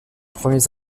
premiers